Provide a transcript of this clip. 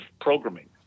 programming